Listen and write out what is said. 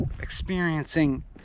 Experiencing